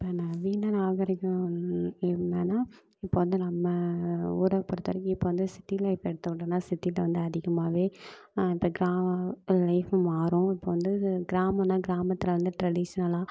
இப்போ நவீன நாகரிகம் என்னான்னால் இப்போ வந்து நம்ம ஊரை பொறுத்தவரையும் இப்போ வந்து சிட்டி லைஃபை எடுத்துக்கிட்டோம்னால் சிட்டியில் வந்து அதிகமாகவே இந்த கிராம லைஃபும் மாறும் இப்போ வந்து கிராமம்னா கிராமத்தில் வந்து ட்ரெடிஷ்னல்லாக